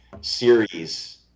series